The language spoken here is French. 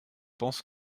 pense